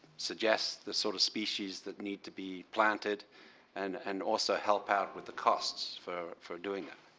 suggest the sort of species that need to be planted and and also help out with the costs for for doing that?